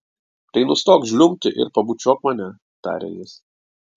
tai nustok žliumbti ir pabučiuok mane tarė jis